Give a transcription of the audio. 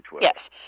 Yes